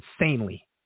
insanely